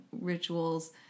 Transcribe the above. rituals